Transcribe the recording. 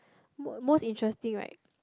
what's interesting like